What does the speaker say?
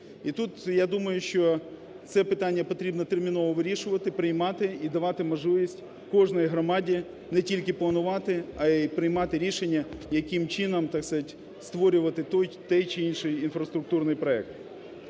І тут, я думаю, що це питання потрібно терміново вирішувати, приймати і давати можливість кожній громаді не тільки планувати, а і приймати рішення, яким чином, так сказать, створювати той чи інший інфраструктурний проект.